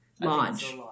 lodge